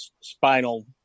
spinal